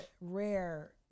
rare